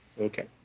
Okay